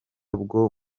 bwo